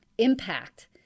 Impact